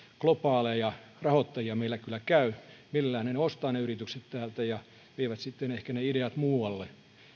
globaaleja rahoittajia meillä kyllä käy mielellään ne ostavat yritykset täältä ja vievät sitten ehkä ideat muualle